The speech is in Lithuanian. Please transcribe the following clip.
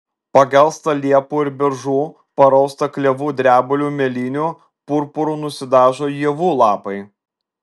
pagelsta liepų ir beržų parausta klevų drebulių mėlynių purpuru nusidažo ievų lapai